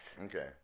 okay